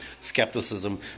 skepticism